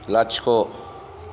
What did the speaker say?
लाथिख'